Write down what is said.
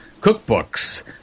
cookbooks